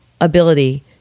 ability